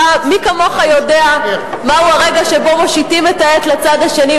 מי כמוך יודע מהו הרגע שבו מושיטים את העט לצד השני,